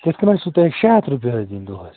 تِتھٕ کٔنۍ حظ ٲسوٕ تۅہہِ شےٚ ہَتھ رۄپیہِ حظ دِنۍ دۄہَس